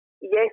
Yes